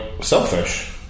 selfish